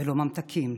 לא ממתקים".